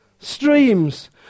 Streams